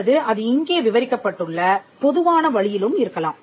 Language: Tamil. அல்லது அது இங்கே விவரிக்கப்பட்டுள்ள பொதுவான வழியிலும் இருக்கலாம்